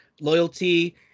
loyalty